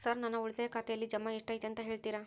Sir ನನ್ನ ಉಳಿತಾಯ ಖಾತೆಯಲ್ಲಿ ಜಮಾ ಎಷ್ಟು ಐತಿ ಅಂತ ಹೇಳ್ತೇರಾ?